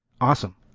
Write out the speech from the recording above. Awesome